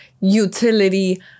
utility